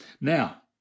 Now